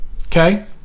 Okay